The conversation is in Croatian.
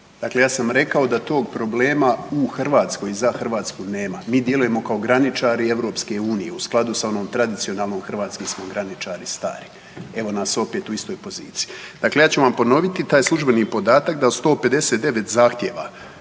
Dakle, ja sam rekao da tog problema u Hrvatskoj, za Hrvatsku nema. Mi djelujemo kao graničari Europske unije u skladu sa onom tradicionalnom „Hrvatski smo graničari stari“. Evo nas opet u istoj poziciji. Dakle, ja ću vam ponoviti taj službeni podatak da 159 zahtjeva